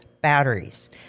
batteries